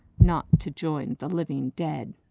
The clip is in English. not to join the living dead.